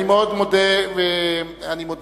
אני מודה לשר.